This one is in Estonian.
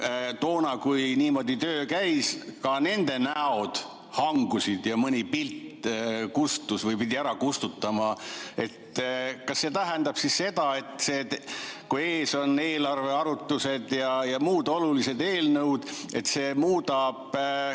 toona, kui niimoodi töö käis, ka nende näod hangusid ja mõni pilt kustus või pidi [selle] ära kustutama. Kas see tähendab seda, et kui ees on eelarve arutused ja muud olulised eelnõud, siis see muudab